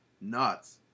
nuts